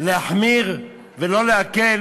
להחמיר ולא להקל,